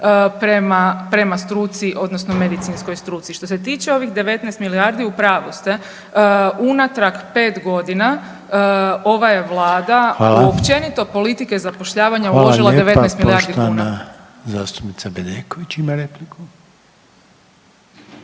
prema struci odnosno medicinskoj struci. Što se tiče ovih 19 milijardi u pravu ste. Unatrag 5 godina ova je Vlada u općenito politike zapošljavanja uložila 19 milijardi kuna. **Reiner, Željko (HDZ)** Hvala lijepa. Poštovana zastupnica Bedeković ima repliku.